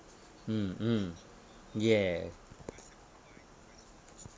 mm mm ya